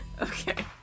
okay